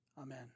Amen